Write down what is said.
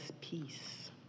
peace